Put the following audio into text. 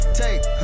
take